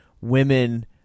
women